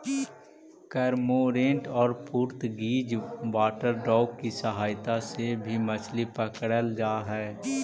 cormorant और पुर्तगीज water dog की सहायता से भी मछली पकड़रल जा हई